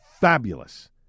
fabulous